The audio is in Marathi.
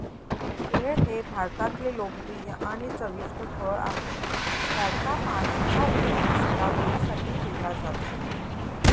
केळ हे भारतातले लोकप्रिय आणि चविष्ट फळ आहे, त्याच्या पानांचा उपयोग सजावटीसाठी केला जातो